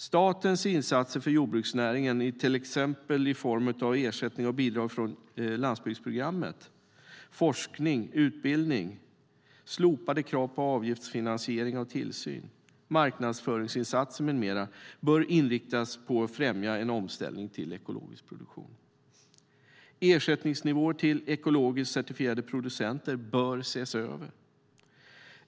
Statens insatser för jordbruksnäringen, till exempel i form av ersättningar och bidrag från landsbygdsprogrammet, forskning, utbildning, slopade krav på avgiftsfinansiering av tillsyn, marknadsföringsinsatser med mera, bör inriktas på att främja en omställning till ekologisk produktion. Ersättningsnivåer till ekologiskt certifierade producenter bör ses över.